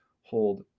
hold